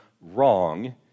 wrong